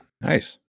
nice